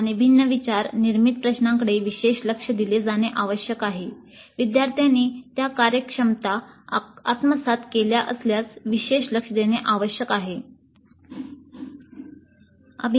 आणि भिन्न विचार निर्मित प्रश्नांकडे विशेष लक्ष दिले जाणे आवश्यक आहे विद्यार्थ्यांनी त्या कार्यक्षमता आत्मसात केल्या असल्यास विशेष लक्ष देणे आवश्यक आहे